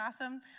awesome